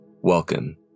Welcome